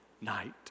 night